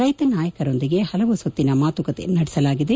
ರೈತ ನಾಯಕರೊಂದಿಗೆ ಹಲವು ಸುತ್ತಿನ ಮಾತುಕತೆ ನಡೆಸಲಾಗಿದೆ